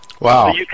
Wow